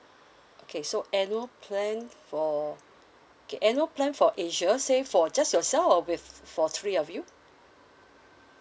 okay so annual plan for okay annual plan for asia say for just yourself or with for three of you